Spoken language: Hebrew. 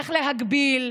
איך להגביל,